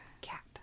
Cat